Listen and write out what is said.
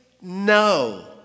No